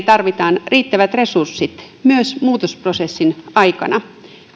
tarvitaan riittävät resurssit myös muutosprosessin aikana